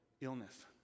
illness